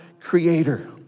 creator